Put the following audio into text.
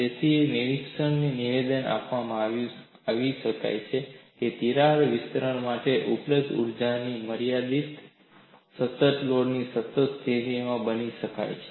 તેથી આ નિરીક્ષણથી નિવેદન આપવાનું શક્ય છે તિરાડ વિસ્તરણ માટે ઉપલબ્ધ ઊર્જાની માત્રા સતત લોડ અને સતત વિસ્થાપન બંને માટે સમાન છે